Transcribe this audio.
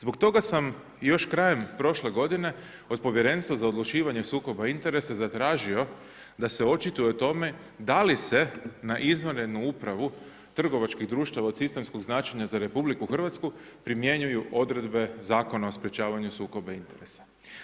Zbog toga sam još krajem prošle godine od Povjerenstva za odlučivanje sukoba interesa zatražio da se očituje o tome da li se n izvanrednu upravu trgovačkih društava od sistemskog značenja za RH primjenjuju odredbe Zakona o sprječavanju sukoba interesa.